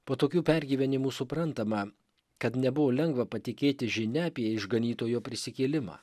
po tokių pergyvenimų suprantama kad nebuvo lengva patikėti žinia apie išganytojo prisikėlimą